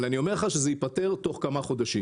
אבל אני אומר לך שזה ייפתר בתוך כמה חודשים.